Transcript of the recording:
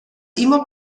immer